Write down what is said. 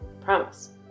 Promise